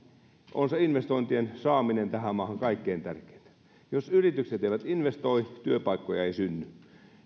on se investointien saaminen tähän maahan kaikkein tärkeintä jos yritykset eivät investoi työpaikkoja ei synny